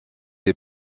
est